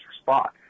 spot